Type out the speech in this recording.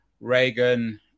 Reagan